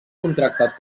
contractat